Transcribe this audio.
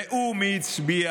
ראו מי הצביע.